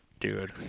Dude